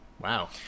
wow